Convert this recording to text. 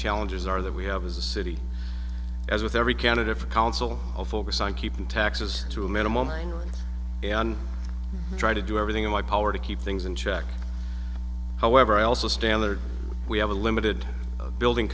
challenges are that we have as a city as with every candidate for council of focus on keeping taxes to him in a moment and i try to do everything in my power to keep things in check however i also stand there we have a limited building